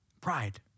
Pride